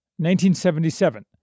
1977